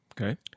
Okay